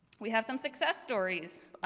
we have some success stories.